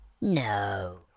No